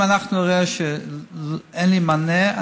אם אנחנו נראה שאין לי מענה,